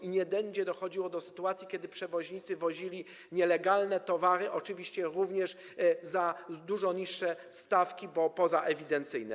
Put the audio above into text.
I nie będzie dochodziło do takich sytuacji, kiedy przewoźnicy wozili nielegalne towary, oczywiście również za dużo niższe stawki, bo pozaewidencyjne.